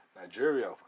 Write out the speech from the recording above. Nigeria